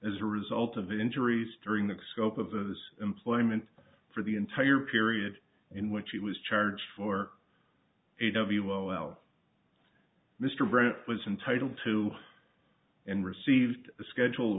as a result of injuries during the scope of his employment for the entire period in which he was charged for a w o l mr grant was entitled to and received a schedule